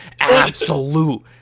Absolute